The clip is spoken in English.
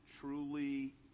truly